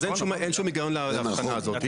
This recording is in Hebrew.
אז אין שום היגיון להבחנה הזאת.